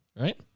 right